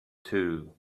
two